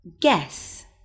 Guess